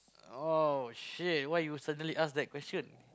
oh shit why you suddenly ask that question